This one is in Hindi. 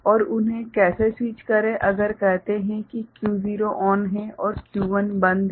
और उन्हें कैसे स्विच करें अगर कहते हैं कि Q0 ऑन है और Q1 बंद है